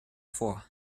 vor